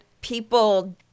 people